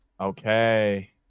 Okay